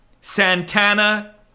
Santana